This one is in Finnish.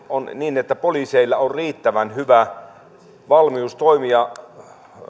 on se että poliiseilla on riittävän hyvä valmius toimia